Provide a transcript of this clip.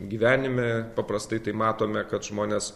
gyvenime paprastai tai matome kad žmonės